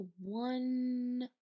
one